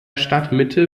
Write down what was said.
stadtmitte